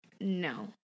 No